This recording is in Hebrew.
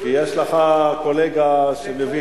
כי יש לך קולגה שמבין.